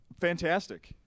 Fantastic